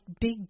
big